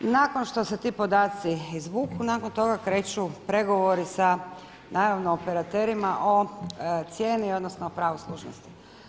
Nakon što se ti podaci izvuku, nakon toga kreću pregovori sa naravno operaterima o cijeni, odnosno o pravu služnosti.